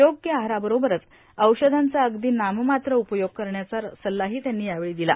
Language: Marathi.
योग्य आहाराबरोबरच औषधांचा अगदी नाममात्र उपयोग करण्याचा सल्लाही त्यांनी यावेळी दिला